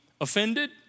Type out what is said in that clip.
offended